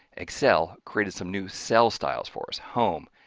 excel created some new cell styles for us home,